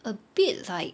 a bit like